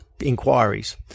inquiries